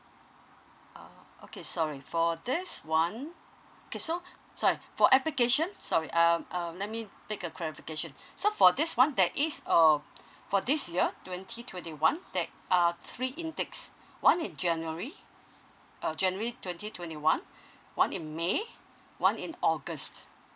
oh okay sorry for this one okay so sorry for application sorry um um let me pick a clarification so for this one there is um for this year twenty twenty one err three intakes one in january uh january twenty twenty one in may one in august